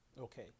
Okay